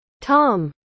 Tom